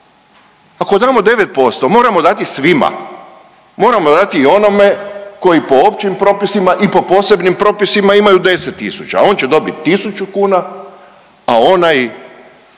Ako damo 9% moramo dati svima, moramo dati i onome koji po općim propisima i po posebnim propisima imaju 10 tisuća, on će dobiti tisuću kuna, a onaj,